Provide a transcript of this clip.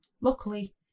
Luckily